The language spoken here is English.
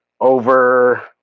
over